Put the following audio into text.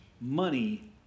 money